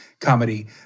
comedy